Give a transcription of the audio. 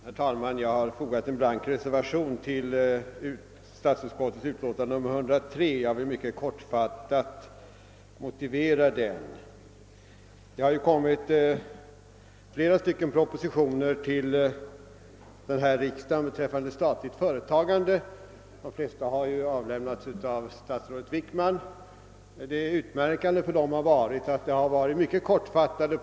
Herr talman! Jag har fogat en blank reservation till statsutskottets utlåtande nr 103 och jag vill mycket kortfattat motivera den. Det har vid denna riksdag framlagts flera propositioner beträffande statligt företagande. De flesta har avlämnats av statsrådet Wickman. Det utmärkande för dem har varit att de har varit mycket kortfattade.